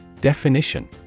Definition